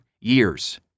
years